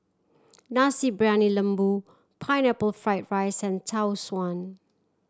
Nasi Briyani Lembu Pineapple Fried rice and Tau Suan